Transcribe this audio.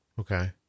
Okay